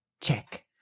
check